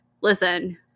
listen